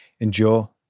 endure